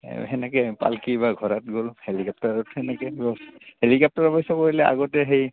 তেনেকৈ পাল্কি বা ঘৰত গ'ল হেলিকপ্টাৰত তেনেকৈ ব্যৱস্থা হেলিকেপ্টাৰ অৱশ্যে কৰিলে আগতে সেই